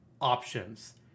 options